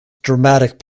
dramatic